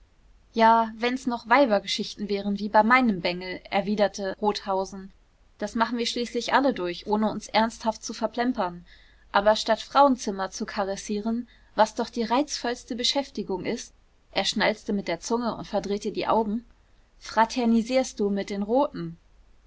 ja wenn's noch weibergeschichten wären wie bei meinem bengel erwiderte rothausen das machen wir schließlich alle durch ohne uns ernsthaft zu verplempern aber statt frauenzimmer zu karessieren was doch die reizvollste beschäftigung ist er schnalzte mit der zunge und verdrehte die augen fraternisierst du mit den roten